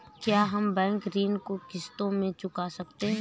क्या हम बैंक ऋण को किश्तों में चुका सकते हैं?